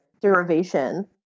derivation